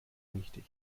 richtig